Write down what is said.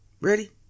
Ready